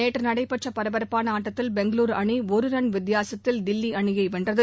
நேற்றுநடைபெற்றபரபரப்பானஆட்டத்தில் பெங்களூருஅணிஒருரன் வித்தியாசத்தில் தில்லிஅணியைவென்றது